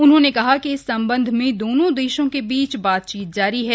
उन्होंने कहा कि इस संबंध में दोनों देशों के बीच बातचीत जारी है